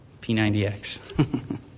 P90X